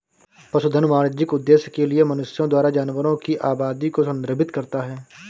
पशुधन वाणिज्यिक उद्देश्य के लिए मनुष्यों द्वारा जानवरों की आबादी को संदर्भित करता है